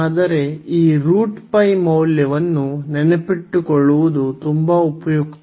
ಆದರೆ ಈ ಮೌಲ್ಯವನ್ನು ನೆನಪಿಟ್ಟುಕೊಳ್ಳುವುದು ತುಂಬಾ ಉಪಯುಕ್ತ